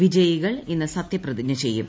വിജയികൾ ഇന്ന് സത്യപ്രതിജ്ഞ ചെയ്യും